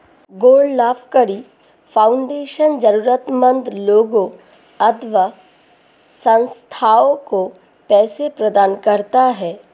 गैर लाभकारी फाउंडेशन जरूरतमन्द लोगों अथवा संस्थाओं को पैसे प्रदान करता है